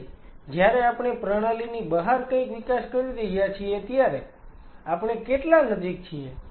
તેથી જ્યારે આપણે પ્રણાલીની બહાર કંઈક વિકાસ રહ્યા છીએ ત્યારે આપણે કેટલા નજીક છીએ